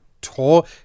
tour